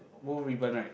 both ribbon right